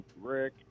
Rick